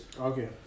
Okay